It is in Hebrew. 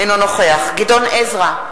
אינו נוכח גדעון עזרא,